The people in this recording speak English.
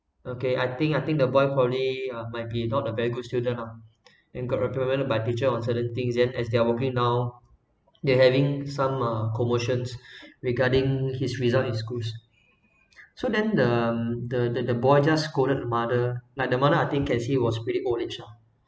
okay I think I think the boy probably might be not a very good student lah and got repayment by teacher on certain things and as they are working now they're having some commotions regarding his result in schools so then the the the boy just scolded mother like the mother I think can see was pretty old age ah